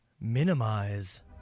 minimize